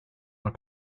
want